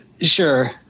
Sure